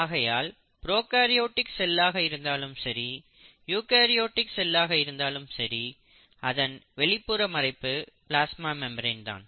ஆகையால் ப்ரோகாரியோட்டிக் செல்லாக இருந்தாலும் சரி யூகரியோட்டிக் செல்லாக இருந்தாலும் சரி அதன் வெளிப்புற மறைப்பு பிளாஸ்மா மெம்பிரேன் தான்